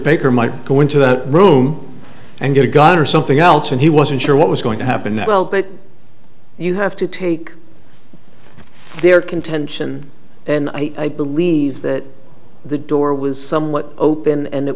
baker might go into the room and get a gun or something else and he wasn't sure what was going to happen well but you have to take their contention and i believe that the door was somewhat open and